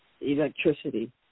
Electricity